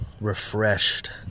refreshed